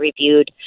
reviewed